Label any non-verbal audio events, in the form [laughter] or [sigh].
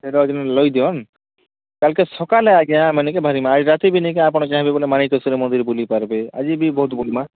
[unintelligible] ଦିଅନ୍ କାଲ୍କେ ସକାଳେ ଆଜ୍ଞା [unintelligible] ଆଜି ରାତି ବି ନିକେ ଚାହିଁବେ ମାଣିକେଶ୍ୱର୍ ମନ୍ଦିର୍ ବୁଲିପାରିବେ ଆଜି ବି ବହୁତ୍ ବୁଲମାଁ